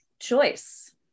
choice